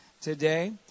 today